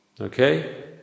Okay